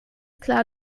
klar